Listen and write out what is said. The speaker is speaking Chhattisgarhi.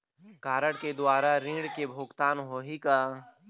कारड के द्वारा ऋण के भुगतान होही का?